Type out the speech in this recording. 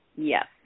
Yes